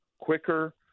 quicker